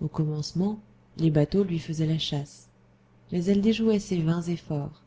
au commencement les bateaux lui faisaient la chasse mais elle déjouait ces vains efforts